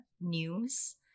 news